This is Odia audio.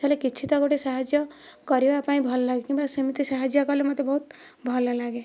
ତା'ହେଲେ କିଛି ତ ଗୋଟିଏ ସାହାଯ୍ୟ କରିବା ପାଇଁ ଭଲ ଲାଗେ କିମ୍ବା ସେମିତି ସାହାଯ୍ୟ କଲେ ମୋତେ ବହୁତ ଭଲ ଲାଗେ